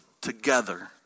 together